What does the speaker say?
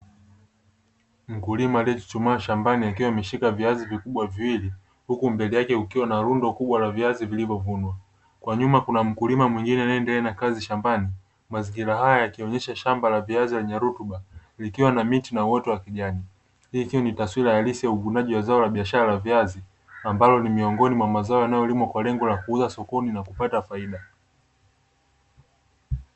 Mkulima aliechuchumaa shambani akiwa ameshika viazi vikubwa viwili, huku mbele yake kukiwa na rundo kubwa la viazi vilivyovunwa kwa nyuma kuna mkulima mwengine anaendelea na kazi shambani. Mazingira haya yakionesha shamba la viazi lenye rutuba likiwa na miti na uoto wa kijani hii ikiwa ni taswira halisi ya uvunaji wa mazao ya biashara la viazi ambalo ni miongoni mwa mazao yanayolimwa kwa lengo la kuuzwa sokoni na kupata faida.